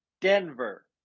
Denver